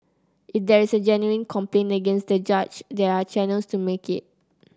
if there is a genuine complaint against the judge there are channels to make it